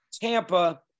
Tampa